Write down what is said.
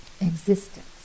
existence